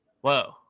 Whoa